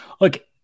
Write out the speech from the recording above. look